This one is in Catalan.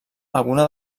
alguna